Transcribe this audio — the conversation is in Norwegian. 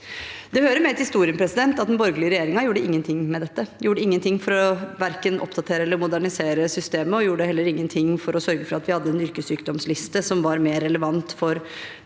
Det hører med til historien at den borgerlige regjeringen ikke gjorde noe med dette. De gjorde ingenting for verken å oppdatere eller modernisere systemet, og de gjorde heller ingenting for å sørge for at vi hadde en yrkessykdomsliste som var mer relevant for